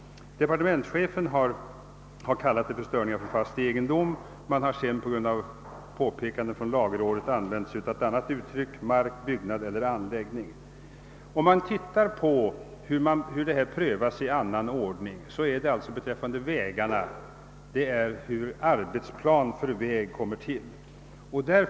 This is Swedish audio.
Departementschefen har kallat det för störningar för fast egendom men efter påpekande av lagrådet har han sedan använt ett annat uttryck, nämligen »mark, byggnad eller anläggning». Undersöker man hur prövningen sker »i särskild ordning» gäller det beträffande vägarna hur arbetsplanen kommer till.